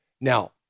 Now